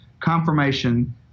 confirmation